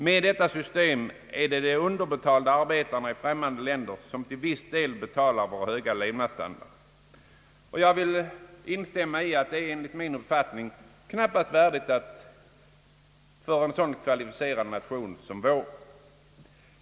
Med detta system är det de underbetalda arbetarna i främmande länder som till viss del betalar vår höga levnadsstandard.» Detta är även enligt min uppfattning knappast värdigt en så kvalificerad nation som vår.